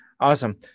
Awesome